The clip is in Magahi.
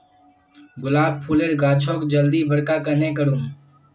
गुलाब फूलेर गाछोक जल्दी बड़का कन्हे करूम?